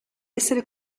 essere